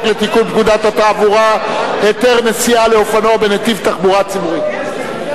לתיקון פקודת התעבורה (היתר נסיעה לאופנוע בנתיב תחבורה ציבורית).